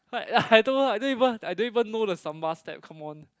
but ya I told her I don't even I don't even know the Samba step come on